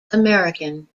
american